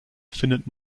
findet